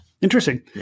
Interesting